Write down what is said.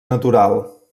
natural